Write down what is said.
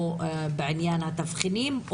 או בעניין התבחינים,